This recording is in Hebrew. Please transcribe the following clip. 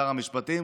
שר המשפטים,